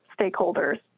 stakeholders